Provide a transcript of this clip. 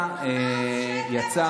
עם ישראל, ככה, עכשיו, למה אני מחבר את זה?